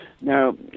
Now